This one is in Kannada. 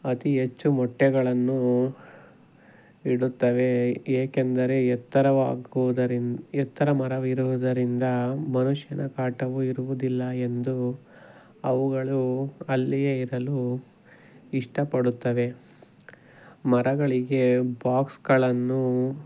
ಅತಿ ಹೆಚ್ಚು ಮೊಟ್ಟೆಗಳನ್ನು ಇಡುತ್ತವೆ ಏಕೆಂದರೆ ಎತ್ತರವಾಗುವುದರಿಂದ ಎತ್ತರ ಮರವಿರುವುದರಿಂದ ಮನುಷ್ಯನ ಕಾಟವೂ ಇರುವುದಿಲ್ಲ ಎಂದು ಅವುಗಳು ಅಲ್ಲಿಯೇ ಇರಲು ಇಷ್ಟಪಡುತ್ತವೆ ಮರಗಳಿಗೆ ಬಾಕ್ಸ್ಗಳನ್ನು